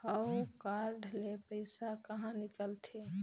हव कारड ले पइसा कहा निकलथे?